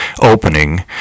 opening